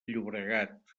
llobregat